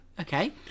Okay